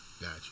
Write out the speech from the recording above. Gotcha